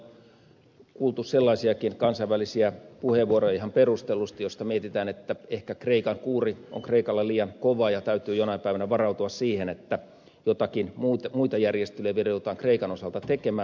mielestäni on kuultu sellaisiakin kansainvälisiä puheenvuoroja ihan perustellusti joissa mietitään että ehkä kreikan kuuri on kreikalle liian kova ja täytyy jonain päivänä varautua siihen että joitakin muita järjestelyjä vielä joudutaan kreikan osalta tekemään